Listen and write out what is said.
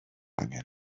angen